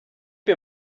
mir